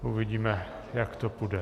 Uvidíme, jak to půjde.